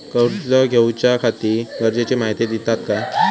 कर्ज घेऊच्याखाती गरजेची माहिती दितात काय?